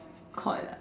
caught ah